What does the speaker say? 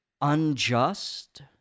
unjust